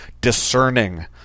discerning